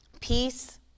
peace